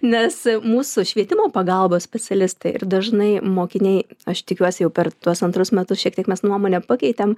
nes mūsų švietimo pagalbos specialistai ir dažnai mokiniai aš tikiuosi jau per tuos antrus metus šiek tiek mes nuomonę pakeitėm